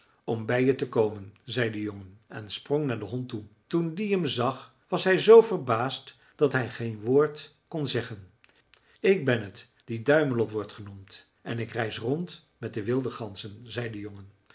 om bij je te komen zei de jongen en sprong naar den hond toe toen die hem zag was hij z verbaasd dat hij geen woord kon zeggen ik ben het die duimelot wordt genoemd en ik reis rond met de wilde ganzen zei de jongen